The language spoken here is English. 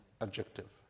adjective